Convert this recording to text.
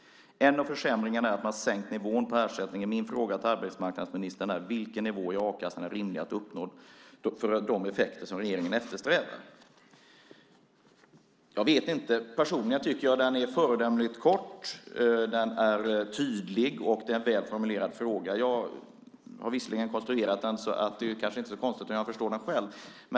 En av försämringarna är att man har sänkt nivån på ersättningen. Min fråga till arbetsmarknadsministern är: Vilken nivå i a-kassan är rimlig för att uppnå de effekter som regeringen eftersträvar? Jag tycker personligen att den är föredömligt kort. Den är tydlig, och det är en väl formulerad fråga. Jag har visserligen konstruerat den, och därför är det kanske inte så konstigt om jag förstår den själv.